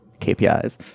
KPIs